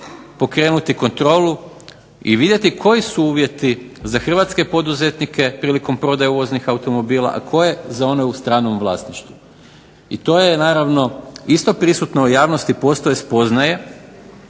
pokrenuti kontrolu i vidjeti koji su uvjeti za Hrvatske poduzetnike prilikom prodaje uvoznih automobila, a koje za one u stranom vlasništvu. I to je naravno isto prisutno u javnosti, postoje spoznaje